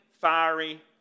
fiery